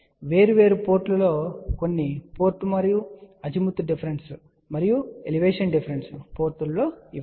వేర్వేరు పోర్టులలో కొన్ని పోర్టు మరియు అజిముత్ డిఫరెన్స్ మరియు ఎలివేషన్ డిఫరెన్స్ పోర్టులలో ఇవి ఒకటి